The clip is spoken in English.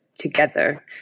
together